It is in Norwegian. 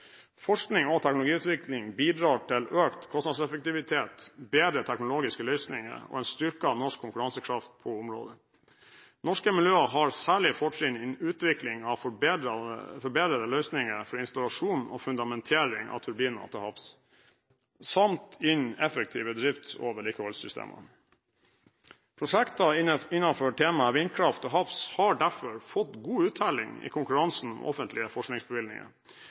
Forskning og teknologiutvikling bidrar til økt kostnadseffektivitet, bedre teknologiske løsninger og en styrket norsk konkurransekraft på området. Norske miljøer har særlig fortrinn innen utvikling av forbedrede løsninger for installasjon og fundamentering av turbiner til havs samt innen effektive drifts- og vedlikeholdssystemer. Prosjekter innenfor temaet vindkraft til havs har derfor fått god uttelling i konkurransen om offentlige forskningsbevilgninger.